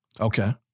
Okay